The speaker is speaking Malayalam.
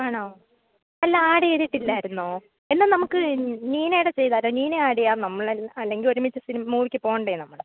ആണോ അല്ല ആഡ് ചെയ്തിട്ടില്ലായിരുന്നോ എന്നാൽ നമുക്ക് നീനയുടെ ചെയ്താലോ നീനയെ ആഡ് ചെയ്യാം നമ്മളെല്ലാം അല്ലെങ്കിൽ ഒരുമിച്ച് സിനിമ മൂവിക്കു പോകണ്ടേ നമ്മൾ